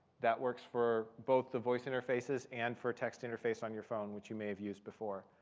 that works for both the voice interfaces and for text interface on your phone, which you may have used before.